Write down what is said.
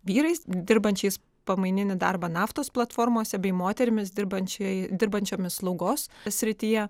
vyrais dirbančiais pamaininį darbą naftos platformose bei moterimis dirbančiai dirbančiomis slaugos srityje